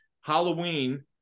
Halloween